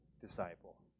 disciple